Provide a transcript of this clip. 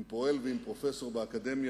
עם פועל ועם פרופסור באקדמיה.